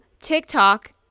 TikTok